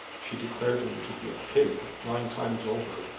she declared him to be a pig nine times over,